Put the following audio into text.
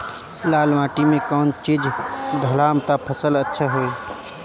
लाल माटी मे कौन चिज ढालाम त फासल अच्छा होई?